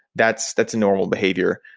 that's that's a normal behavior.